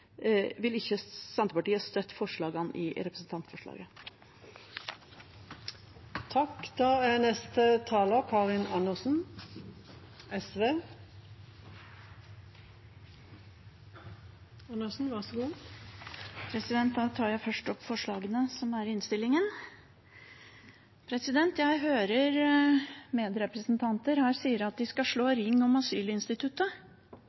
vil ikke Senterpartiet støtte forslagene i representantforslaget. Jeg tar først opp forslagene i innstillingen. Jeg hører medrepresentanter si at de skal slå ring om asylinstituttet. Problemet er at flertallet i